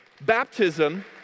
Baptism